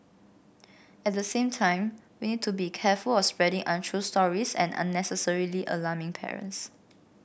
at the same time we need to be careful of spreading untrue stories and unnecessarily alarming parents